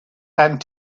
and